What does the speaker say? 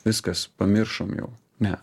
viskas pamiršom jau ne